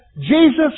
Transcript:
Jesus